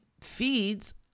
feeds